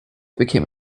became